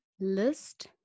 List